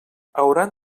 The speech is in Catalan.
hauran